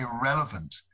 irrelevant